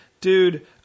dude